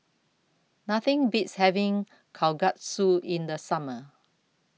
Nothing Beats having Kalguksu in The Summer